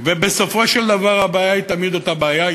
ובסופו של דבר הבעיה היא תמיד אותה בעיה.